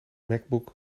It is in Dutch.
macbook